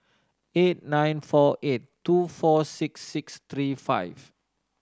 eight nine four eight two four six six three five